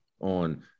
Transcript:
on